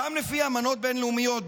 גם לפי אמנות בין-לאומיות,